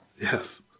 Yes